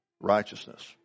righteousness